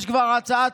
יש כבר הצעת